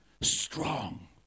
strong